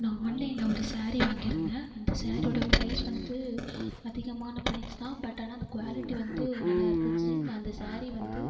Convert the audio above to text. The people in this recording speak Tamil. நான் ஆன்லைனில் ஒரு சாரீ வாங்கியிருந்தேன் அந்த சாரீயோட பிரைஸ் வந்து அதிகமான பிரைஸ் தான் பட் ஆனால் அது குவாலிட்டி வந்து நல்லா இருந்துச்சு அந்த சாரீ வந்து